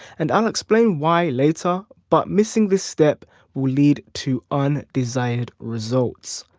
and i'll explain why later but missing this step will lead to undesired results.